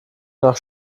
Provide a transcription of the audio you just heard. nach